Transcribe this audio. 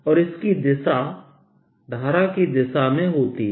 और इसकी दिशा धारा की दिशा में होती है